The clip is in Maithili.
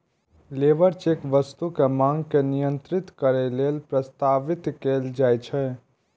लेबर चेक वस्तुक मांग के नियंत्रित करै लेल प्रस्तावित कैल जाइ छै